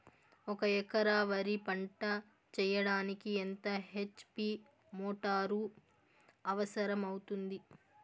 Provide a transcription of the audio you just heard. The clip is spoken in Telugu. ఒక ఎకరా వరి పంట చెయ్యడానికి ఎంత హెచ్.పి మోటారు అవసరం అవుతుంది?